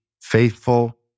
faithful